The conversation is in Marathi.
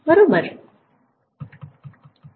बरोबर